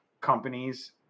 companies